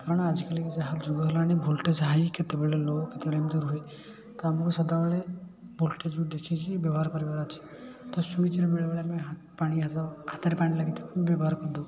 କାରଣ ଆଜିକାଲିକା ଯାହା ଯୁଗ ହେଲାଣି ଭୋଲ୍ଟେଜ୍ ହାଇ କେତେବେଳେ ଲୋ କେତେବେଳେ ଏମିତି ରୁହେ ତ ଆମକୁ ସଦାବେଳେ ଭୋଲ୍ଟେଜ୍ ଦେଖିକି ବ୍ୟବହାର କରିବାର ଅଛି ତ ସୁଇଜରେ ବେଳେବେଳେ ଆମେ ହା ପାଣି ହାତ ହାତରେ ପାଣି ଲାଗିଥିବ ବ୍ୟବହାର କରି ଦେଉ